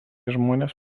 žmonės